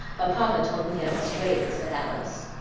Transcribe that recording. but papa told me i must wait, said alice.